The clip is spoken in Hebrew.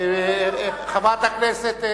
וזה יעבור לוועדת הכנסת.